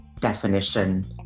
definition